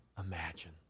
imagine